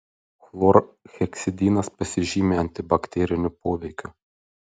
chlorheksidinas pasižymi antibakteriniu poveikiu